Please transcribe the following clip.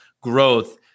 growth